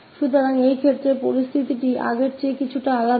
तो इस मामले में स्थिति पहले की तुलना में थोड़ी अलग है